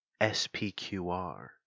spqr